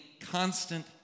constant